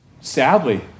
Sadly